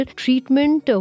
treatment